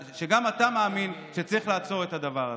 גם אתה מאמין שצריך לעצור את הדבר הזה.